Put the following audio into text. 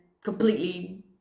completely